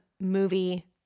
movie